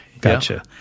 Gotcha